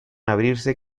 abrirse